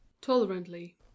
tolerantly